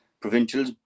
provincials